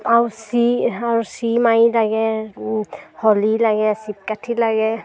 আৰু চিৰি আৰু চিৰি মাৰি লাগে হলি লাগে চিপকাঠি লাগে